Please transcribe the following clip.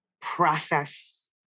process